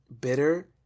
bitter